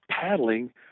paddling